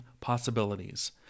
possibilities